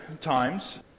times